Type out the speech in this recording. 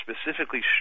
specifically